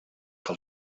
que